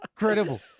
Incredible